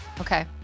Okay